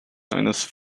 eines